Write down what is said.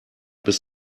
bis